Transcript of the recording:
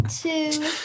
two